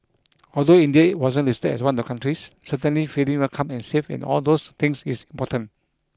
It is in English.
although India wasn't listed as one of the countries certainly feeling welcome and safe and all those things is important